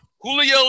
Julio